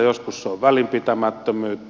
joskus se on välinpitämättömyyttä